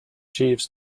jeeves